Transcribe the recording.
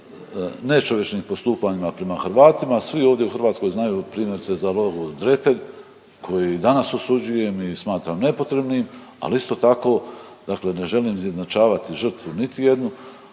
nečovječnim postupanjima prema Hrvatima, svi ovdje u Hrvatskoj znaju primjerice za Logor Dretelj koji danas osuđujem i smatram nepotrebnim, ali isto tako dakle ne želim izjednačavati žrtvu niti jednu,